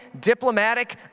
diplomatic